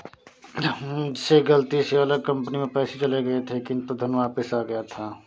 मुझसे गलती से अलग कंपनी में पैसे चले गए थे किन्तु वो धन वापिस आ गया था